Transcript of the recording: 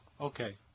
Okay